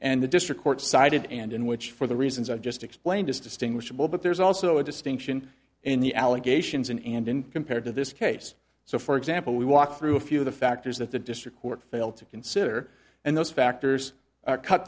and the district court sided and in which for the reasons i just explained is distinguishable but there's also a distinction in the allegations in and in compared to this case so for example we walked through a few of the factors that the district court failed to consider and those factors